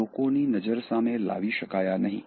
લોકોની નજર સામે લાવી શકાયા નહીં